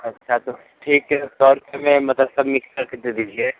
अच्छा तो ठीक है सौ रुपए में मतलब सब मिक्स करके दे दीजिये